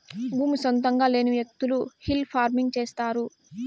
భూమి సొంతంగా లేని వ్యకులు హిల్ ఫార్మింగ్ చేస్తారు